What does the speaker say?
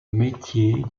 métier